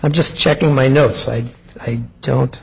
i'm just checking my notes like i don't